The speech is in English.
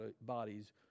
bodies